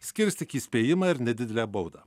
skirs tik įspėjimą ir nedidelę baudą